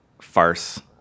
farce